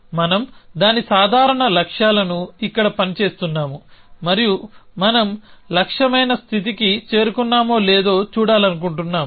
మనం దాని సాధారణ లక్ష్యాలను ఇక్కడ పని చేస్తున్నాము మరియు మనం లక్ష్యమైన స్థితికి చేరుకున్నామో లేదో చూడాలనుకుంటున్నాము